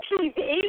TV